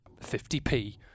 50p